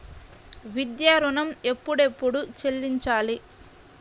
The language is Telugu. విద్యా ఋణం ఎప్పుడెప్పుడు చెల్లించాలి?